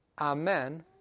Amen